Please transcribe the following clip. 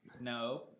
no